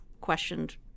questioned